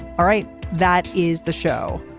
all right. that is the show.